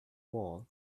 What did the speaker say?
wall